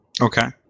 okay